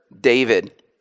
David